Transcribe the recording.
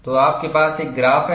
तो आपके पास एक ग्राफ है